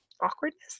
awkwardness